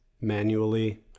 manually